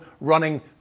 running